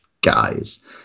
guys